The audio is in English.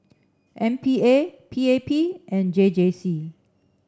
M P A P A P and J J C